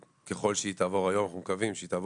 ככל שהיא תעבור היום אנחנו מקווים שהיא תעבור